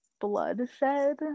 bloodshed